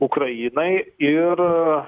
ukrainai ir